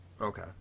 okay